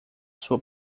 sua